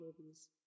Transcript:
movies